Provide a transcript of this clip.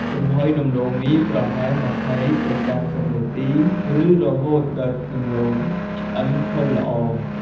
ចំហុយដំឡូងមីប្រហែល ២០ទៅ៣០ នាទី ឬរហូតដល់ដំឡូងឆ្អិនផុយល្អ។